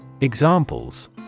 Examples